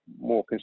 more